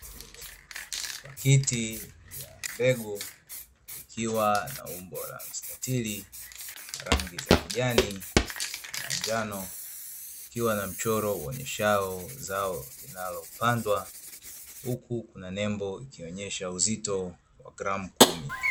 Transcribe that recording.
Pakiti ya mbegu ikiwa na umbo la mstatiri ,rangi za kijani na njano likiwa na mchoro uoneshawo zao linalopandwa, huku kuna nembo ikionesha uzito wa gramu kumi.